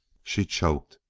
she choked.